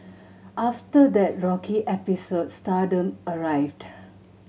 after that rocky episode stardom arrived